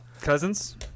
cousins